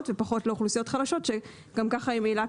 ופחות לאוכלוסיות חלשות שגם כך ממילא,